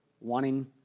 wanting